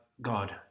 God